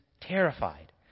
terrified